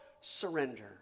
surrender